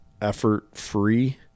effort-free